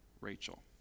Rachel